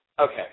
okay